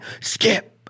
skip